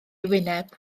wyneb